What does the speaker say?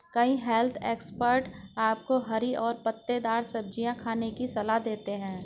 कई health expert आपको हरी और पत्तेदार सब्जियां खाने की सलाह देते हैं